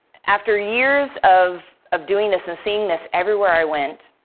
after years of of doing this and seeing this everywhere i went,